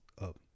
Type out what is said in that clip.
up